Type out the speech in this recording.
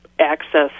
access